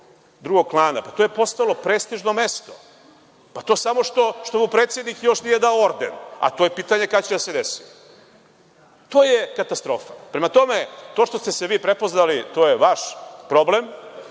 drugog klana. To je postalo prestižno mesto. Samo što mu predsednik još nije dao orden, a to je pitanje kada će da se desi. To je katastrofa. Prema tome, to što ste se vi prepoznali, to je vaš problem.